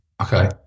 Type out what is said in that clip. Okay